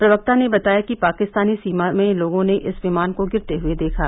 प्रवक्ता ने बताया कि पाकिस्तानी सीमा में लोगों ने इस विमान को गिरते हुए देखा